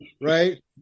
right